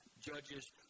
Judges